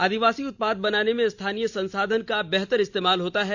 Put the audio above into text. आदिवासी उत्पाद बनाने में स्थानीय संसाधन का इस्तेमाल होता है